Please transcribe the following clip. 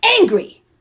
angry